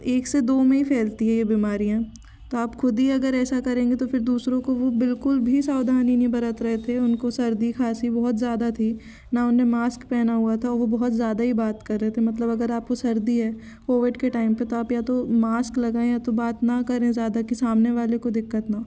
एक से दो में ही फैलती है ये बीमारियाँ तो आप ख़ुद ही अगर ऐसा करेंगे तो फिर दूसरों को वो बिल्कुल भी सावधानी नहीं बरत रहे थे उनको सर्दी खांसी बहुत ज़्यादा थी ना उने मास्क पहना हुआ था वो बहुत ज़्यादा ही बात कर रहे थे मतलब अगर आपको सर्दी है कोविड के टाइम पर तो आप या तो मास्क लगाऍं या तो बात ना करें ज़्यादा कि सामने वाले को दिक्कत ना हो